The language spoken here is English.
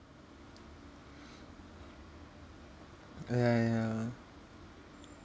ah ya ya